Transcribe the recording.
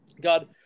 God